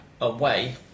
Away